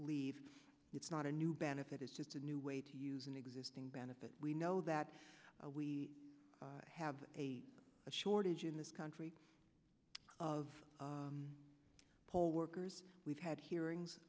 leave it's not a new benefit it's just a new way to use an existing benefit we know that we have a shortage in this country of poll workers we've had hearings